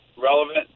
relevant